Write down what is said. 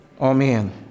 Amen